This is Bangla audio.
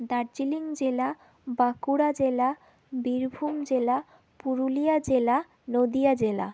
দার্জিলিং জেলা বাঁকুড়া জেলা বীরভূম জেলা পুরুলিয়া জেলা নদীয়া জেলা